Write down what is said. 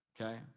Okay